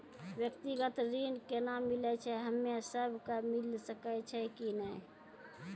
व्यक्तिगत ऋण केना मिलै छै, हम्मे सब कऽ मिल सकै छै कि नै?